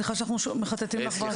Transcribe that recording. שיפוטי.